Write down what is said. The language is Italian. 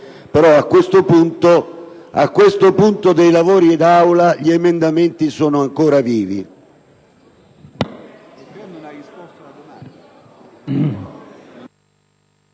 Però, a questo punto dei lavori d'Aula, gli emendamenti sono ancora vivi.